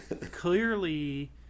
clearly